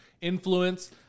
influence